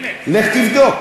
לך תבדוק.